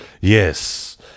yes